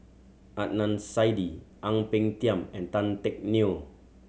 Adnan Saidi Ang Peng Tiam and Tan Teck Neo